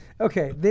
Okay